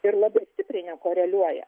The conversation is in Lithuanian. ir labai stipriai nekoreliuoja